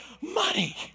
money